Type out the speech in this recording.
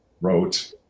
wrote